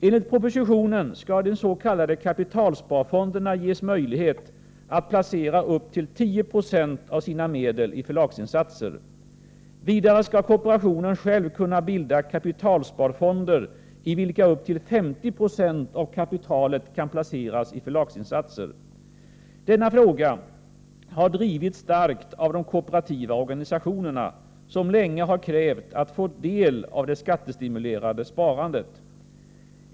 Enligt propositionen skall de s.k. kapitalsparfonderna ges möjlighet att placera upp till 10 96 av sina medel i förlagsinsatser. Vidare skall kooperationen själv kunna bilda kapitalsparfonder, i vilka upp till 50 90 av kapitalet kan placeras i förlagsinsatser. Denna fråga har drivits starkt av de kooperativa organisationerna, som länge har krävt att få del av det skattestimulerade sparandet.